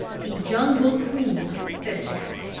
the jungle queen, said jack,